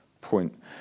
point